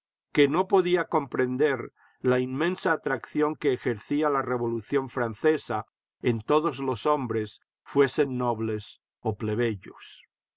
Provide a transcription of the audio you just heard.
que no podía comprender la inmensa atracción que ejercía la revolución francesa en todos los hombres fuesen nobles o plebeyos